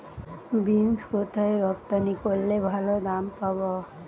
Beans কোথায় রপ্তানি করলে ভালো দাম পাব?